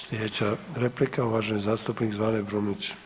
Sljedeća replika, uvaženi zastupnik Zvane Brumnić.